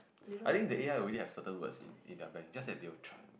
I think the A_I already have certain words in in their bank just that they will try